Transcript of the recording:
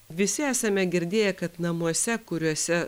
visi esame girdėję kad namuose kuriuose